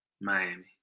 Miami